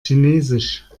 chinesisch